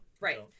Right